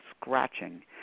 scratching